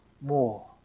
more